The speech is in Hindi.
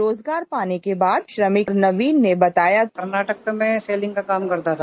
रोजगार पाने के बाद श्रमिक राहुल ने बताया कर्नाटक में सेविंग का काम करता था